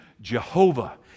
Jehovah